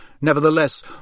Nevertheless